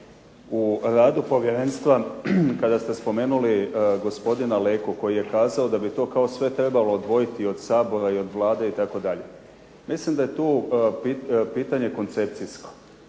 u radu povjerenstva kada ste spomenuli gospodina Leku koji je kazao da bi to kao sve trebalo odvojiti od Sabora i od Vlade itd. Mislim da je tu pitanje koncepcijsko.